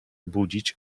budzić